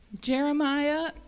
Jeremiah